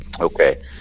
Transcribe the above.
okay